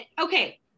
Okay